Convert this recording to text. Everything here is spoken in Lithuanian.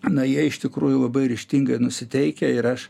na jie iš tikrųjų labai ryžtingai nusiteikę ir aš